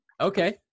Okay